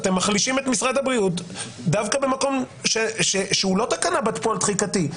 אתם מחלישים את משרד הבריאות דווקא במקום שהוא לא תקנה בת פועל תחיקתי,